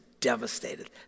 devastated